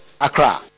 Accra